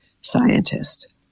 scientist